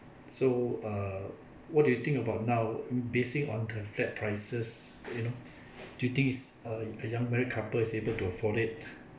so err what do you think about now basing on the flat prices you know do you think is a young married couple is able to afford it